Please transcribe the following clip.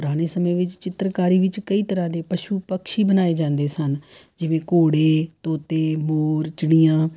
ਪੁਰਾਣੇ ਸਮੇਂ ਵਿੱਚ ਚਿੱਤਰਕਾਰੀ ਵਿੱਚ ਕਈ ਤਰ੍ਹਾਂ ਦੇ ਪਸ਼ੂ ਪਕਸ਼ੀ ਬਣਾਏ ਜਾਂਦੇ ਸਨ ਜਿਵੇਂ ਘੋੜੇ ਤੋਤੇ ਮੋਰ ਚਿੜੀਆਂ